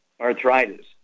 arthritis